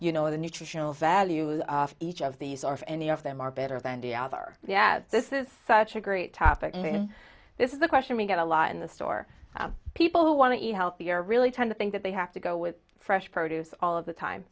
you know the nutritional values each of these are for any of them are better than the other this is such a great topic and this is the question we get a lot in the store people who want to eat healthier really tend to think that they have to go with fresh produce all of the time